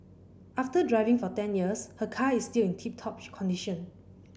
after driving for ten years her car is still in tip top condition